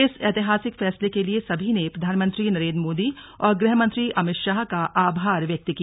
इस ऐतिहासिक फैसले के लिए सभी ने प्रधानमंत्री नरेंद्र मोदी और गृह मंत्री अमित शाह का आभार व्यक्त किया